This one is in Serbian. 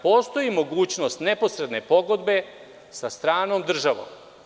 Postoji mogućnost neposredne pogodbe sa stranom državom.